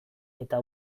eta